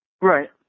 Right